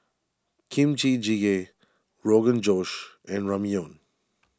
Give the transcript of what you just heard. Kimchi Jjigae Rogan Josh and Ramyeon